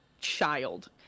child